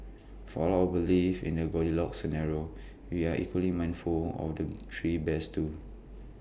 for all our belief in A goldilocks scenario we are equally mindful of the three bears too